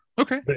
Okay